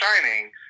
Shining